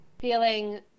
feeling